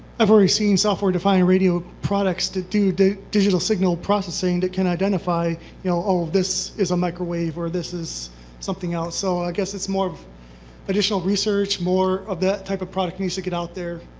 i've already seen software defined radio products that do do digital signal processing that can identify you know all of this is a microwave or this is something else, so i guess it's more additional research, more of that type of product needs to get out there,